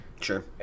Sure